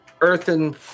Earthen